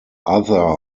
other